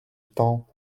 temps